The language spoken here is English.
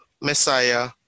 Messiah